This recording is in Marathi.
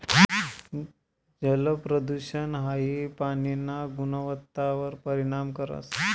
जलप्रदूषण हाई पाणीना गुणवत्तावर परिणाम करस